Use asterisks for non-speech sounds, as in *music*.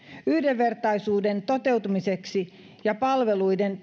yhdenvertaisuuden toteutumiseksi ja palveluiden *unintelligible*